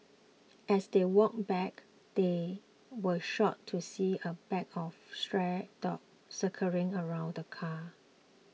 as they walked back they were shocked to see a pack of stray dogs circling around the car